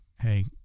hey